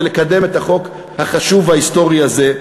ולקדם את החוק החשוב וההיסטורי הזה,